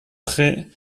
près